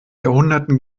jahrhunderten